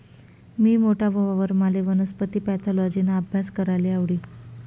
मी मोठा व्हवावर माले वनस्पती पॅथॉलॉजिना आभ्यास कराले आवडी